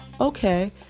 okay